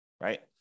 right